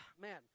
Man